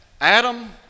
Adam